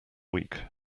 week